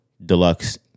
Deluxe